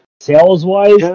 sales-wise